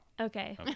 Okay